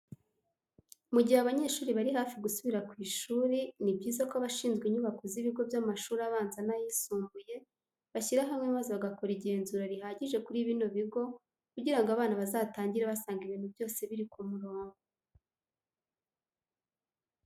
Mu gihe abanyeshuri bari hafi gusubira ku ishuri, ni byiza ko abashinzwe inyubako z'ibigo by'amashuri abanza n'ayisumbuye bashyira hamwe maze bagakora igenzura rihagije kuri bino bigo kugira ngo abana bazatangire basanga ibintu bose biri ku murongo.